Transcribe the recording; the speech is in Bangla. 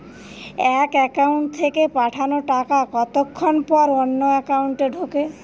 এক একাউন্ট থেকে পাঠানো টাকা কতক্ষন পর অন্য একাউন্টে ঢোকে?